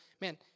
man